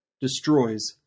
destroys